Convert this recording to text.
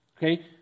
Okay